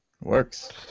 Works